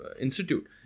institute